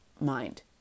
mind